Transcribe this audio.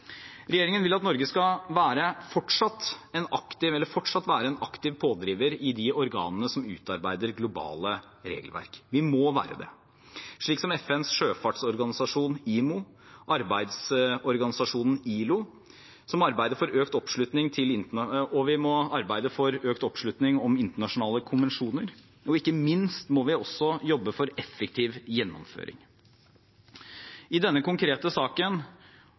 Regjeringen vil at Norge fortsatt skal være en aktiv pådriver i de organene som utarbeider globale regelverk – vi må være det – slik som FNs sjøfartsorganisasjon, IMO, og arbeidsorganisasjonen ILO. Vi må arbeide for økt oppslutning om internasjonale konvensjoner, og ikke minst må vi også jobbe for effektiv gjennomføring. I denne konkrete saken